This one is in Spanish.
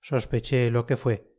sospeche lo que fué